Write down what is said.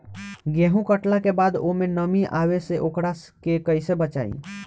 गेंहू कटला के बाद ओमे नमी आवे से ओकरा के कैसे बचाई?